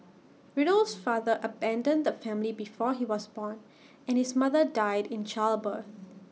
Riddle's father abandoned the family before he was born and his mother died in childbirth